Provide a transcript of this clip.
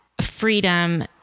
freedom